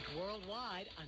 worldwide